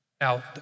Now